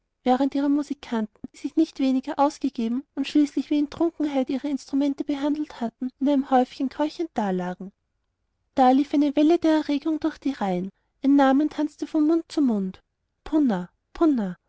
während ihre musikanten die sich nicht weniger ausgegeben und schließlich wie in trunkenheit ihre instrumente behandelt hatten in einem häufchen keuchend dalagen da lief eine welle der erregung durch die reihen ein namen tanzte von mund zu mund punna punna